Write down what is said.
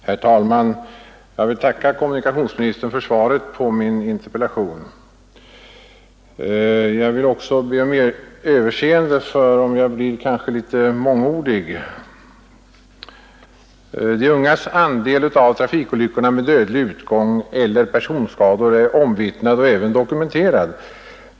Herr talman! Jag vill tacka kommunikationsministern för svaret på min interpellation. Jag vill också be om överseende, då jag kanske blir litet mångordig. De ungas andel av trafikolyckorna med dödlig utgång eller personskador är omvittnad och även dokumenterad.